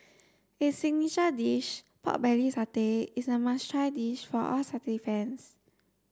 its signature dish pork belly satay is a must try dish for all satay fans